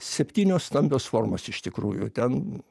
septynios stambios formos iš tikrųjų ten